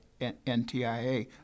NTIA